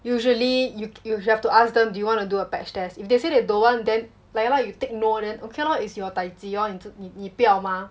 usually you you have to ask them do you want to do a patch test if they say they don't want then like yeah lah you tick no then okay lor it's your daiji lor 你自你不要 mah